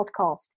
podcast